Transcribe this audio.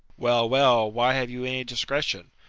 well, well! why, have you any discretion?